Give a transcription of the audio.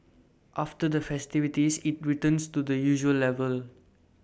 after the festivities IT returns to the usual level